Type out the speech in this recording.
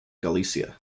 galicia